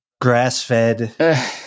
grass-fed